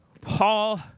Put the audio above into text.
Paul